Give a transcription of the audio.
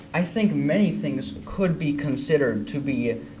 i think many things could be considered to be